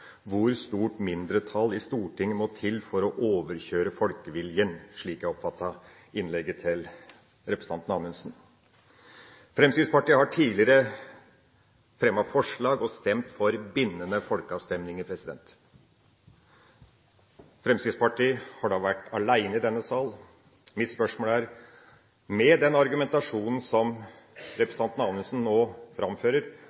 hvor stort mindretall det må til i Stortinget for å «overkjøre folkeviljen», slik jeg oppfattet innlegget til representanten Anundsen. Fremskrittspartiet har tidligere fremmet forslag og stemt for bindende folkeavstemninger. Fremskrittspartiet har da vært alene om det i denne sal. Mitt spørsmål er: Med den argumentasjonen som